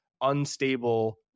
unstable